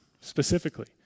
specifically